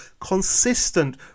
consistent